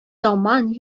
таман